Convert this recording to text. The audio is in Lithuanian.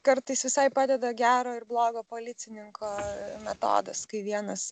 kartais visai padeda gero ir blogo policininko metodas kai vienas